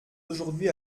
aujourd’hui